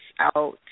out